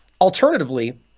Alternatively